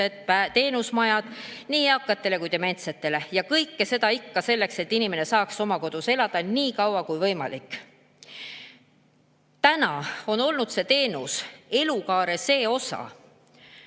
teenusmajad nii eakatele kui ka dementsetele. Kõike seda ikka selleks, et inimene saaks oma kodus elada nii kaua kui võimalik. Siiani on olnud see teenus, elukaare see osa